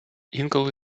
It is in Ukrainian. інколи